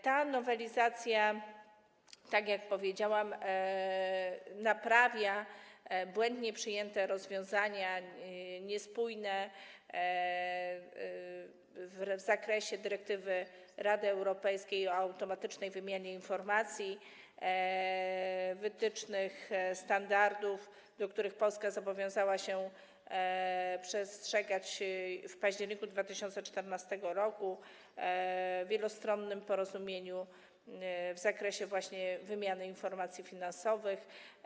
Ta nowelizacja, tak jak powiedziałam, naprawia błędnie przyjęte, niespójne rozwiązania w zakresie dyrektywy Rady Europejskiej o automatycznej wymianie informacji, wytycznych, standardów, których Polska zobowiązała się przestrzegać w październiku 2014 r. w wielostronnym porozumieniu właśnie w zakresie wymiany informacji finansowych.